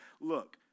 Look